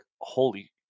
Holy